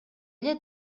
эле